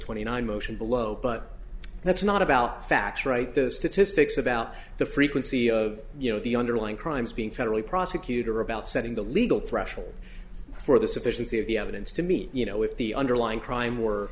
twenty nine motion below but that's not about facts right the statistics about the frequency of you know the underlying crimes being federal prosecutor about setting the legal threshold for the sufficiency of the evidence to me you know if the underlying crime